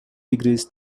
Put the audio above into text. degrees